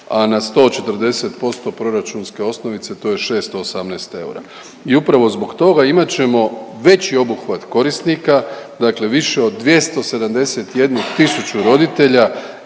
a na 140% proračunske osnovice to je 618 eura. I upravo zbog toga imat ćemo veći obuhvat korisnika, dakle više od 271 tisuću roditelja